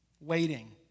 waiting